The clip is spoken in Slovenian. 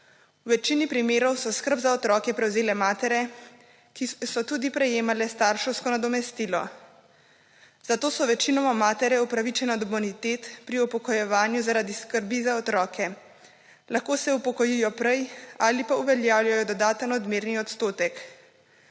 V večini primerov so skrb za otroke prevzele matere, ki so tudi prejemale starševsko nadomestilo. Zato so večinoma matere upravičene do bonitet pri upokojevanju zaradi skrbi za otroke. Lahko se upokojijo prej ali pa uveljavljajo dodaten odmerni odstotek.